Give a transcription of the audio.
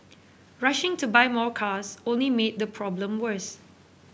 rushing to buy more cars only made the problem worse